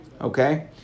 Okay